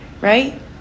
right